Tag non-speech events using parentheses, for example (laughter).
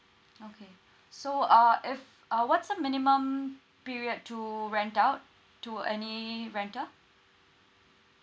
okay (breath) so uh if uh what's the minimum period to rent out to any renter